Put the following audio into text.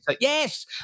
Yes